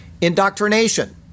indoctrination